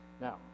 Now